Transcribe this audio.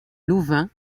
louvain